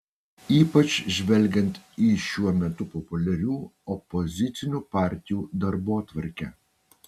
ypač žvelgiant į šiuo metu populiarių opozicinių partijų darbotvarkę